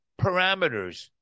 parameters